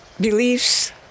beliefs